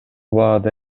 баада